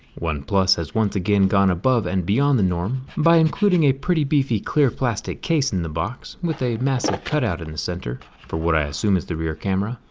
oneplus has once again gone above and beyond the norm by including a pretty beefy clear plastic case in the box with a massive cutout in the center for what i assume is the rear camera.